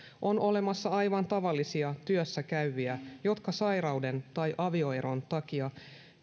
on olemassa aivan tavallisia työssäkäyviä jotka sairauden tai avioeron takia